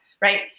right